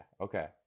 okay